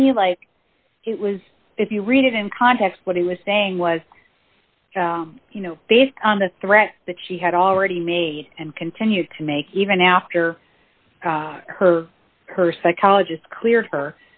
to me like it was if you read it in context what he was saying was you know based on the threat that she had already made and continues to make even after her her psychologist clear